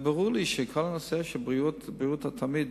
ברור לי שכל הנושא של בריאות התלמיד,